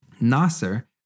Nasser